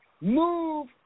move